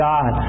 God